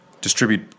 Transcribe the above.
distribute